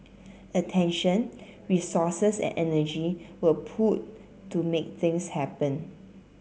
attention resources and energy were pooled to make things happen